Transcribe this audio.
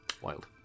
Wild